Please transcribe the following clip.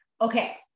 Okay